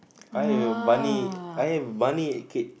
I have a bunny I have a bunny keep